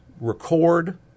record